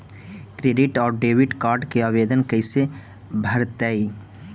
Credit और debit card के आवेदन कैसे भरैतैय?